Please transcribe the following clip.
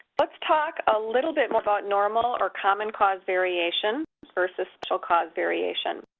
let's talk a little bit more about normal or common cause variation versus special cause variation.